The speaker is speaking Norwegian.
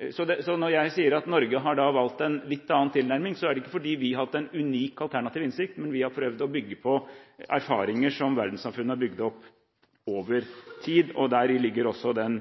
Når jeg sier at Norge har valgt en litt annen tilnærming, er det ikke fordi vi har hatt en unik alternativ innsikt, men vi har prøvd å bygge på erfaringer som verdenssamfunnet har bygd opp over tid. Deri ligger også den